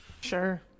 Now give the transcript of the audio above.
sure